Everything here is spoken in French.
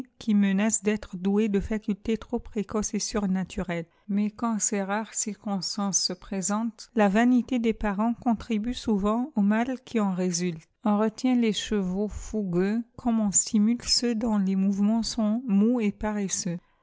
qui menacent d être doués ae facultés trop précoces et surnaturelles mais quand ces rares circonstances se présentent la vanité des parents contribue souvdlt au mal qui e résulte on retient les chevaux fougueux comme on stimule ceux dont les mouvements sont mous et paresseux